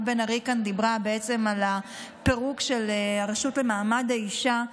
בן ארי כאן אמרה על פירוק הרשות למעמד האישה.